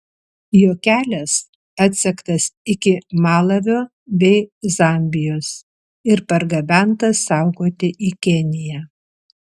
jo kelias atsektas iki malavio bei zambijos ir pargabentas saugoti į keniją